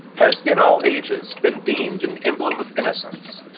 has in all ages been deemed an emblem of innocence.